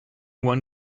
one